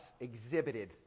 exhibited